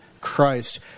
Christ